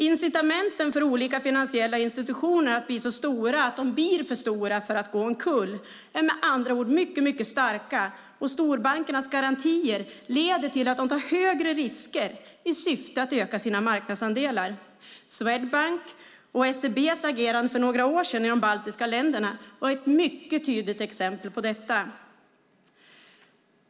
Incitamenten för olika finansiella institutioner att bli så stora att de blir för stora för att gå omkull är med andra ord mycket starka, och storbankernas garantier leder till att de tar högre risker i syfte att öka sina marknadsandelar. Swedbanks och SEB:s agerande för några år sedan i de baltiska länderna var ett mycket tydligt exempel på detta.